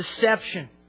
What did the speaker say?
Deception